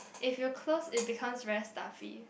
if you close it becomes very stuffy